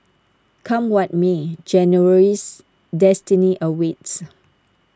come what may January's destiny awaits